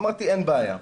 אמרתי שאין בעיה,